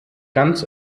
ganz